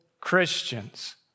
Christians